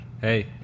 Hey